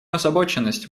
озабоченность